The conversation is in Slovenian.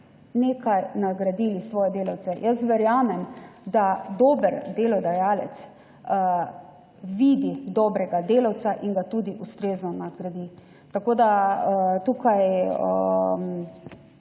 nekako nagradili svoje delavce. Jaz verjamem, da dober delodajalec vidi dobrega delavca in ga tudi ustrezno nagradi. Če se